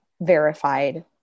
verified